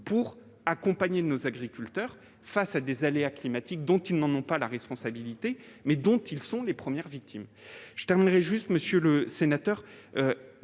accompagner nos agriculteurs face à des aléas climatiques dont ils n'ont pas la responsabilité, mais dont ils sont les premières victimes ? Permettez-moi de rebondir, monsieur le sénateur,